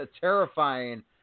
terrifying